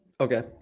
Okay